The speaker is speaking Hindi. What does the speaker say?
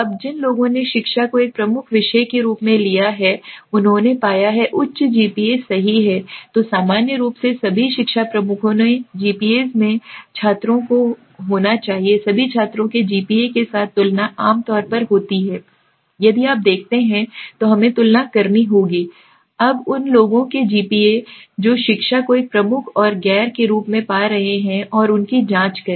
अब जिन लोगों ने शिक्षा को एक प्रमुख विषय के रूप में लिया है उन्होंने पाया है उच्च GPA सही है तो सामान्य रूप से सभी शिक्षा प्रमुखों के GPAs में छात्रों को होना चाहिए सभी छात्रों के GPA के साथ तुलना आम तौर पर होती है यदि आप देखते हैं तो हमें तुलना करनी होगी उन सभी लोगों के GPA जो शिक्षा को एक प्रमुख और गैर के रूप में पा रहे हैं और उनकी जाँच करें